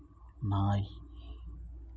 நாய்